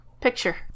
Picture